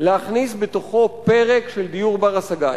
להכניס בתוכו פרק של דיור בר-השגה,